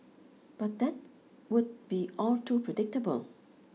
but that would be all too predictable